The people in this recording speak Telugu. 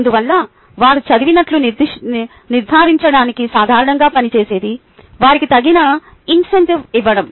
అందువల్ల వారు చదివినట్లు నిర్ధారించడానికి సాధారణంగా పనిచేసేది వారికి తగిన ఇన్సెంటివ్ ఇవ్వడం